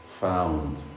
found